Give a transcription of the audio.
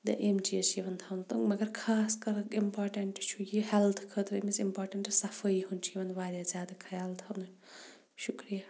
یِم چیٖز چھِ یِوان تھاونہٕ تہٕ مگر خاص کَر اِمپاٹَنٹ چھُ یہِ ہیٚلتھٕ خٲطرٕ أمس اِمپاٹَنٹ صَفٲیی ہُنٛد چھُ یِوان واریاہ زیادٕ خَیال تھاونہٕ شُکریہ